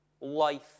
Life